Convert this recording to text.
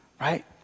right